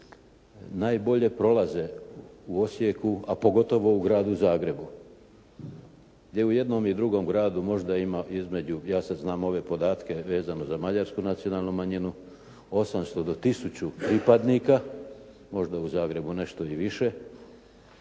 najbolje prolaze u Osijeku, a pogotovo u gradu Zagrebu gdje u jednom i drugom gradu možda ima između, ja sad znam ove podatke vezane za mađarsku nacionalnu manjinu, 800 do 1 000 pripadnika, možda u Zagrebu nešto i više